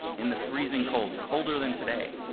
in the freezing cold, colder than today,